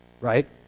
right